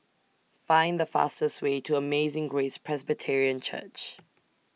Find The fastest Way to Amazing Grace Presbyterian Church